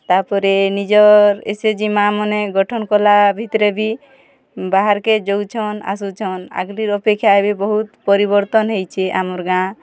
ତାପରେ ନିଜର୍ S H G ମା'ମାନେ ଗଠନ୍ କଲା ଭିତ୍ରେ ବି ବାହାର୍କେ ଯଉଛନ୍ ଆସୁଛନ୍ ଆଗ୍ଲିର୍ ଅପେକ୍ଷା ଏବେ ବହୁତ୍ ପରିବର୍ତ୍ତନ୍ ହେଇଛେ ଆମର୍ ଗାଁ